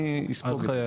אני אספוג את זה.